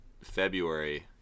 February